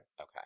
Okay